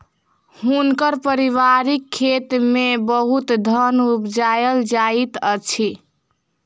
हुनकर पारिवारिक खेत में बहुत धान उपजायल जाइत अछि